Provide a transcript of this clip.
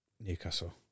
Newcastle